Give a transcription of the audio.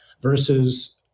versus